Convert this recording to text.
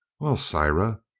well, sirrah,